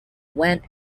when